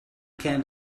can